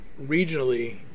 regionally